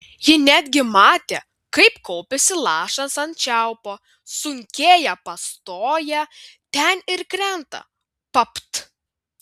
ji netgi matė kaip kaupiasi lašas ant čiaupo sunkėja pastoja ten ir krenta papt